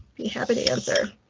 be happy to answer.